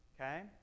Okay